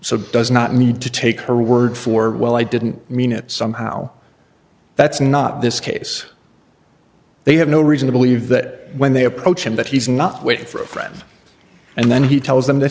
so does not need to take her word for well i didn't mean it somehow that's not this case they have no reason to believe that when they approach him but he's not waiting for a friend and then he tells them th